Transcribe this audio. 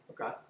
Okay